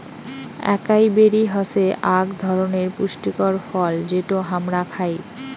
একাই বেরি হসে আক ধরণনের পুষ্টিকর ফল যেটো হামরা খাই